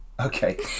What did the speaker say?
Okay